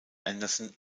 anderson